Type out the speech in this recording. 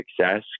success